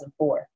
2004